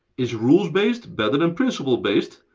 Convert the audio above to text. is rules-based better than principles-based,